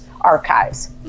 archives